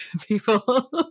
people